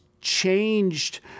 changed